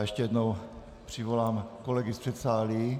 Ještě jednou přivolám kolegy z předsálí.